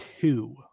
two